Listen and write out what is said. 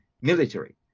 military